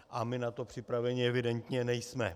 A my na to připraveni evidentně nejsme.